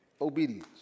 obedience